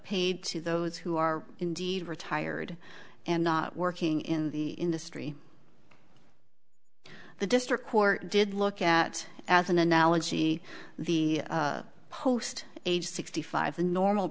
paid to those who are indeed retired and working in the industry the district court did look at as an analogy the post age sixty five the normal